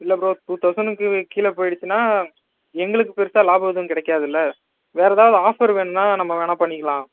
இல்லை bro two தௌசணுக்கு கீழே போயிடுச்சுனா எங்களுக்கு பெருசாக லாபம் எதுவும் கிடைக்காதுல வேற ஏதாவது ஆஃபர் வேணும்னா நம்ம வேணால் பண்ணிக்கலாம்